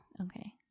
Okay